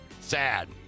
Sad